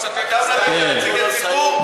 נציגי ציבור?